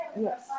yes